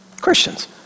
Christians